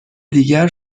دیگر